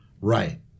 Right